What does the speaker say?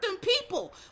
people